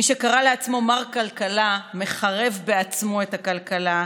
מי שקרא לעצמו מר כלכלה מחרב בעצמו את הכלכלה,